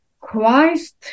Christ